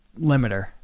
limiter